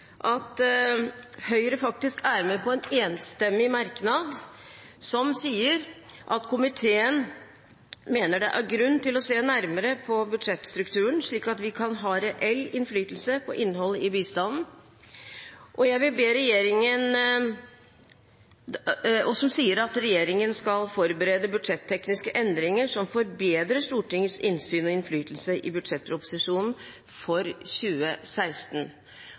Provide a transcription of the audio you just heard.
at Høyre faktisk er med på en enstemmig merknad hvor komiteen sier at det er grunn til å se nærmere på budsjettstrukturen, slik at vi kan ha reell innflytelse på innholdet i bistanden, og komiteen ber regjeringen forberede budsjettekniske endringer som forbedrer Stortingets mulighet til innsyn og innflytelse i budsjettproposisjonen for 2016.